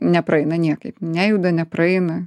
nepraeina niekaip nejuda nepraeina